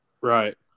Right